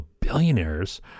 billionaires